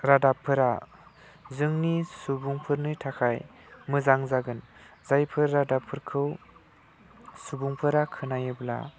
रादाबफोरा जोंनि सुबुंफोरनि थाखाय मोजां जागोन जायफोर रादाबफोरखौ सुबुंफोरा खोनायोब्ला